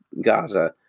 Gaza